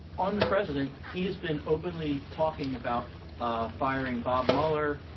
on the president, he has been openly talking about ah firing bob mueller,